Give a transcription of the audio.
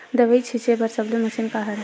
दवाई छिंचे बर सबले मशीन का हरे?